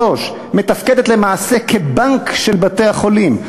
3. מתפקדת למעשה כבנק של בתי-החולים,